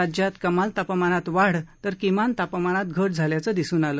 राज्यात कमा ल तापमानात वाढ तर किमान तापमानात घट झाल्याचं दिसून आलं